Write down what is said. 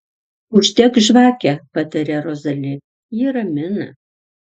uždek žvakę pataria rozali ji ramina